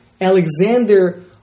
Alexander